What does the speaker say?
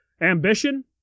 Ambition